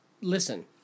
Listen